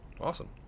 awesome